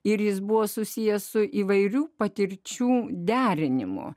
ir jis buvo susijęs su įvairių patirčių derinimo